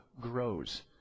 grows